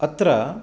अत्र